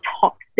toxic